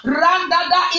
randada